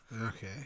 Okay